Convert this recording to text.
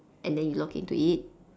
and then you look into it